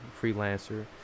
freelancer